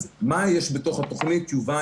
אז מה יש בתוכנית שתובא,